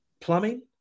plumbing